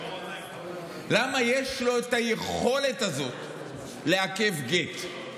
למה יש לו את היכולת הזאת לעכב גט?